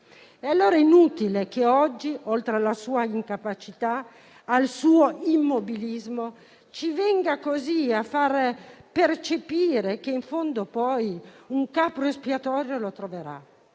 comando. È inutile che oggi, oltre alla sua incapacità e al suo immobilismo, ci venga a far percepire che in fondo poi un capro espiatorio lo troverà.